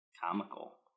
comical